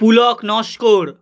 Pulak Naskar